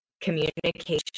communication